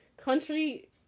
country